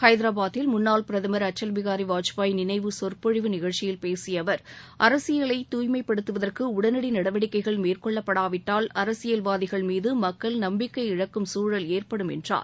ஐதரபாத்தில் முன்னாள் பிரதம் அடல் பிகாரி வாஜ்பாய் நினைவு கொற்பொழிவு நிகழ்ச்சியில் பேசிய அவர் அரசியலை தூய்மைப்படுத்துவதற்கு உடனடி நடவடிக்கைகள் மேற்கொள்ளப்படாவிட்டால் அரசியல்வாதிகள் மீது மக்கள் நம்பிக்கை இழக்கும் சூழல் ஏற்படும் என்றார்